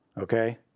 Okay